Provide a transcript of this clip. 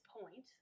point